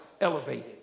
elevated